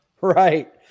Right